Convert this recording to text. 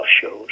shows